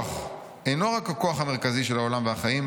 שהרוח אינו רק הכוח המרכזי של העולם והחיים,